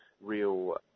real